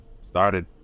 started